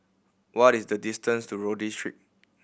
what is the distance to Rodyk Street